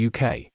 UK